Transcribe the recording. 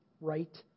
Right